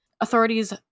Authorities